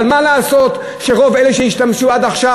אבל מה לעשות שרוב אלה שהשתמשו עד עכשיו